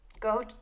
go